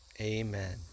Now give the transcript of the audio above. Amen